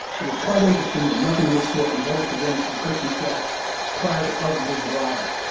it is quite interesting that nothing in this sort was ever presented to the coaching staff prior to eldredge's arrival.